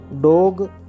dog